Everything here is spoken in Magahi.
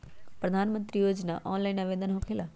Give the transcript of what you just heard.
प्रधानमंत्री योजना ऑनलाइन आवेदन होकेला?